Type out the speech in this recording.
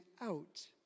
out